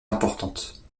importante